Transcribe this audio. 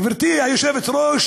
גברתי היושבת-ראש,